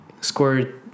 scored